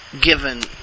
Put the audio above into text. given